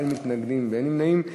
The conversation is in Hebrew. אין מתנגדים ואין נמנעים.